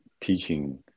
teaching